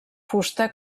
fusta